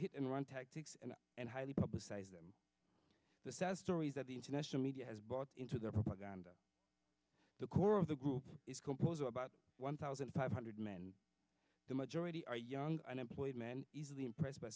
hit and run tactics and highly publicized the sad stories that the international media has bought into their propaganda the core of the group is composed of about one thousand five hundred men the majority are young unemployed men easily impressed by